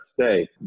state